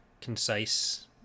concise